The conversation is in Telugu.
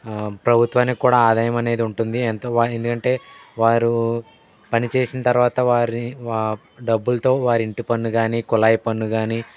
ప్రభుత్వానికి కూడా ఆదాయం అనేది ఉంటుంది ఎంత వా ఎందుకంటే వారు పనిచేసిన తర్వాత వారిని వా డబ్బులతో వారి ఇంటి పన్ను గానీ కుళాయి పన్ను గానీ